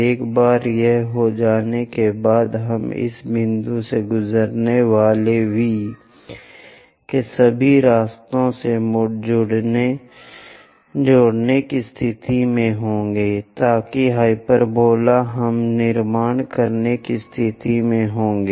एक बार यह हो जाने के बाद हम इस बिंदु से गुजरने वाले वी के सभी रास्ते से जुड़ने की स्थिति में होंगे ताकि हाइपरबोला हम निर्माण करने की स्थिति में होंगे